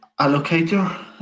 allocator